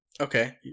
Okay